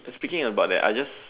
speaking about that I just